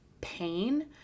pain